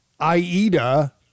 Aida